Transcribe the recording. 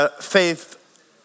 Faith